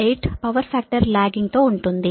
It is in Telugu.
8 పవర్ ఫ్యాక్టర్ లాగ్గింగ్ తో ఉంటుంది